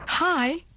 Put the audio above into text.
Hi